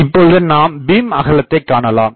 இப்பொழுது நாம் பீம்அகலத்தை காணலாம்